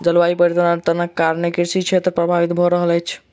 जलवायु परिवर्तनक कारणेँ कृषि क्षेत्र प्रभावित भअ रहल अछि